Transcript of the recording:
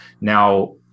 Now